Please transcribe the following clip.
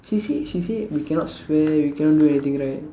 she says she say we cannot swear we cannot do anything right